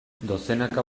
dozenaka